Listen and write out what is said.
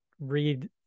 read